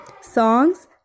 songs